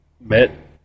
met